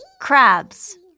crabs